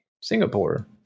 Singapore